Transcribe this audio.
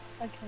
Okay